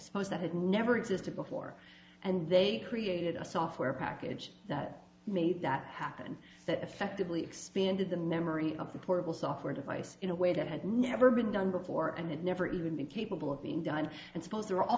suppose that had never existed before and they created a software package that made that happen that effectively expanded the memory of the portable software device in a way that had never been done before and it never even been capable of being done and suppose there a